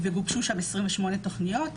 גובשו שם 28 תוכניות.